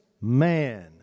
man